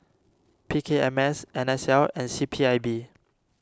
P K M S N S L and C P I B